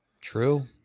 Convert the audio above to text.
True